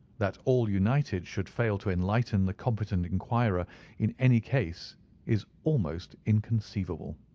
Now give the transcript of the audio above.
that all united should fail to enlighten the competent enquirer in any case is almost inconceivable.